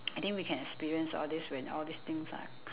I think we can experience all this when all these things are